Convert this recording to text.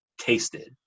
tasted